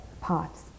parts